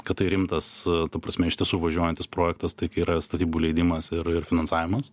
kad tai rimtas ta prasme iš tiesų važiuojantis projektas tai kai yra statybų leidimas ir ir finansavimas